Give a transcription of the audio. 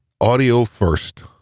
audio-first